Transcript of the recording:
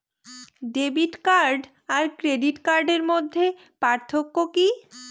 Debit card আর credit কার্ডের মধ্যে পার্থক্য কি?